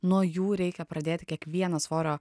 nuo jų reikia pradėti kiekvieną svorio